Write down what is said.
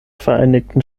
vereinigten